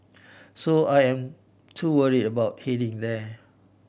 so I am too worried about heading there